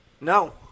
No